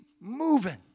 moving